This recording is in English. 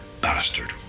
bastard